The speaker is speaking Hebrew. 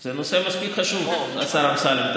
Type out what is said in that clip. זה נושא מספיק חשוב, השר אמסלם.